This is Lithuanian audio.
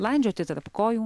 landžioti tarp kojų